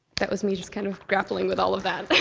that was me just kind of grappling with all of that.